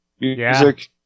music